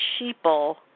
sheeple